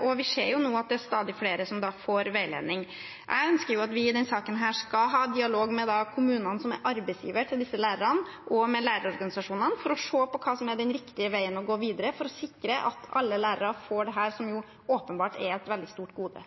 og vi ser nå at det er stadig flere som får veiledning. Jeg ønsker at vi i denne saken skal ha dialog med kommunene, som er arbeidsgivere for disse lærerne, og med lærerorganisasjonene for å se på hva som er den riktige veien å gå videre for å sikre at alle lærere får dette, som er et veldig stort